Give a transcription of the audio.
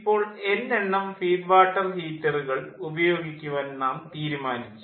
ഇപ്പോൾ എൻ എണ്ണം ഫീഡ് വാട്ടർ ഹീറ്ററുകൾ ഉപയോഗിക്കുവാൻ നാം തീരുമാനിച്ചു